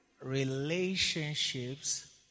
relationships